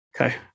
Okay